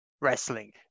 wrestling